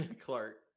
Clark